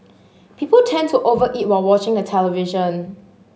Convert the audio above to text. people tend to over eat while watching the television